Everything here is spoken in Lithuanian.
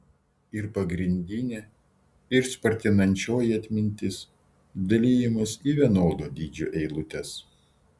ir pagrindinė ir spartinančioji atmintis dalijamos į vienodo dydžio eilutes